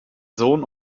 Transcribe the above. sohn